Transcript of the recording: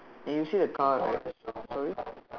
you can see a car right sorry